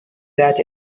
that